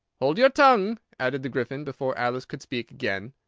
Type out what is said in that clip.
hold your tongue! added the gryphon, before alice could speak again.